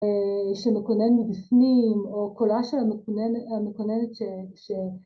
אה שמקונה מבפנים או קולה של המקונן המקוננת ש ש